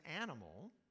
animal